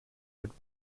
would